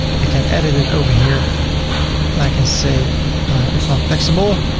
i can edit it over here and i can say it's not taxable.